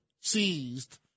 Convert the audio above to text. seized